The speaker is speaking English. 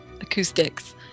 acoustics